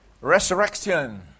Resurrection